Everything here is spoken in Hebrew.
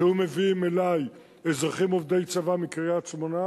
כשהיו מביאים אלי אזרחים עובדי צבא מקריית-שמונה,